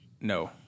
No